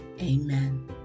Amen